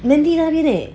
mandy 那边 leh